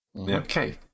Okay